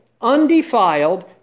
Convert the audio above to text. undefiled